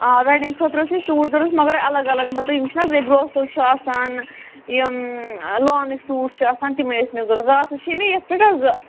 آ ویٚڈِنٛگ خٲطرٕ ٲس سوٗٹ ضرَوٗرت مگر الگ الگ مطلب یِم چھِنہٕ حظ برٛاسو چھُ آسان یِم لانٕکۍ سوٗٹ چھِ آسان تِمٕے ٲسۍ مےٚ ضرَوٗرت راتھ وُچھیے مےٚ یَتھ پیٚٹھ حظ